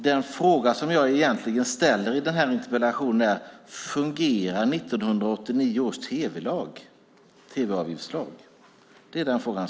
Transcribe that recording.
Den fråga som jag egentligen ställer i interpellationen är om 1989 års tv-avgiftslag fungerar.